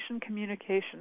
communication